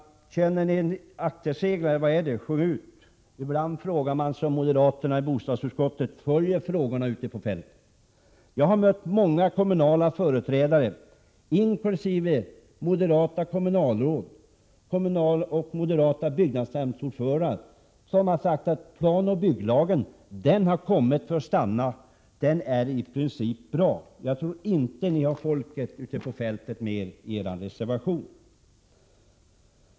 Känner ni er akterseglade, eller vad är det fråga om? Sjung ut! Ibland undrar man om moderaterna i bostadsutskottet följer frågorna ute på fältet. Jag har mött många kommunala företrädare, inkl. moderata kommunalråd och moderata byggnadsnämndsordförande, som har sagt att PBL har kommit för att stanna och att lagen i princip är bra. Jag tror inte att ni har folket ute på fältet med er när ni framför kraven i er reservation.